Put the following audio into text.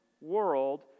world